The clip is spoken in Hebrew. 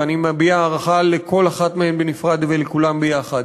ואני מביע הערכה לכל אחת מהן בנפרד ולכולן ביחד.